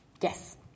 Yes